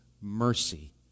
mercy